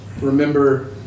remember